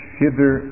hither